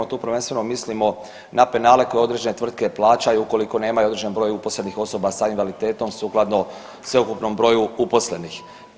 Tu prvenstveno mislimo na penale koje određene tvrtke plaćaju ukoliko nemaju određen broj uposlenih osoba sa invaliditetom sukladno sveukupnom broju uposlenih.